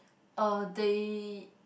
uh they